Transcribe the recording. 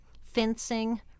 fencing